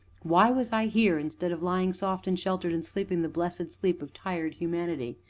why was i here instead of lying soft and sheltered, and sleeping the blessed sleep of tired humanity?